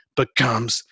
becomes